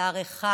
לבשר אחד.